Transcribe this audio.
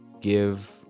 give